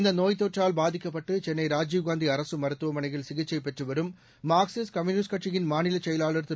இந்த நோய்த் தொற்றால் பாதிக்கப்பட்டு சென்னை ராஜீவ்காந்தி அரசு மருத்துவமனையில் சிகிச்சை பெற்றுவரும் மார்க்சிஸ்ட் கம்யூனிஸ்ட் கட்சியின் மாநிலச் செயலாளர் திரு